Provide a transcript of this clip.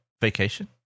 vacation